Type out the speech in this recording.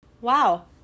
Wow